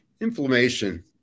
Inflammation